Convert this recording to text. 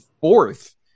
fourth